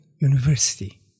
university